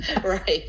right